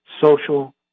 social